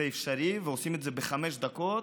זה אפשרי, ועושים את זה בחמש דקות,